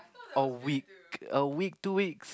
a week a week two week